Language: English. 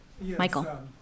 Michael